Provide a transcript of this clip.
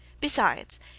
Besides